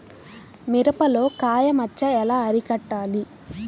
మిరపలో కాయ మచ్చ ఎలా అరికట్టాలి?